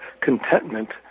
contentment